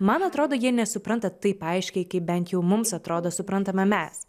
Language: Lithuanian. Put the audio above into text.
man atrodo jie nesupranta taip aiškiai kaip bent jau mums atrodo suprantame mes